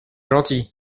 gentil